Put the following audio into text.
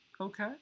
okay